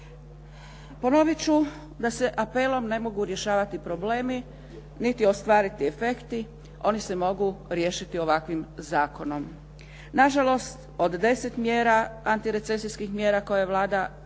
Ponovit ću da se apelom ne mogu rješavati problemi niti ostvariti efekti. Oni se mogu riješiti ovakvim zakonom. Na žalost, od 10 mjera, antirecesijskih mjera koje je Vlada